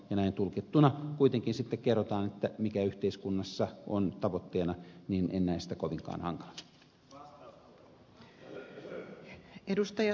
näin tulkittuna kuitenkin sitten kerrotaan mikä yhteiskunnassa on tavoitteena enkä näe sitä kovinkaan hankalana